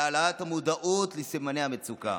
להעלאת המודעות לסימני המצוקה,